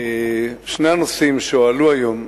בשני הנושאים שהועלו היום,